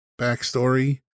backstory